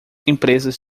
empresas